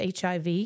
HIV